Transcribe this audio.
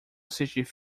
assistir